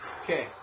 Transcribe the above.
Okay